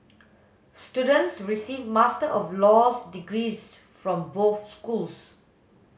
students receive Master of Laws degrees from both schools